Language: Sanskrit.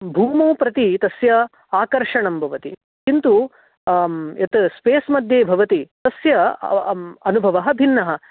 भूमौ प्रति तस्य आकर्षणं भवति किन्तु यत् स्पेस् मध्ये भवति तस्य अनुभवः भिन्नः